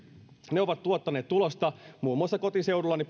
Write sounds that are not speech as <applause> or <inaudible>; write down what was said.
ne ovat tuottaneet tulosta muun muassa kotiseudullani <unintelligible>